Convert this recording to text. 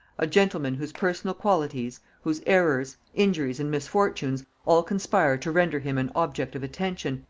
a gentleman whose personal qualities, whose errors, injuries and misfortunes, all conspire to render him an object of attention,